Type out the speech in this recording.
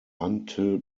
until